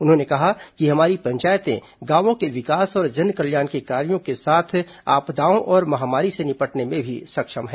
उन्होंने कहा है कि हमारी पंचायतें गांवों के विकास और जन कल्याण के कार्यो के साथ आपदाओं और महामारी से निपटने में भी सक्षम है